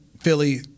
Philly